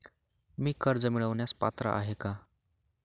मी कर्ज मिळवण्यास पात्र आहे का?